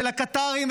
של הקטרים,